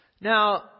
Now